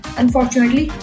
unfortunately